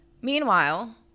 Meanwhile